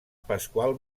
pasqual